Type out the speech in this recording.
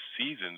seasons